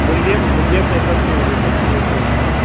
मूल्यं मूल्यम् एतस्य वदतु कियत् भविष्यति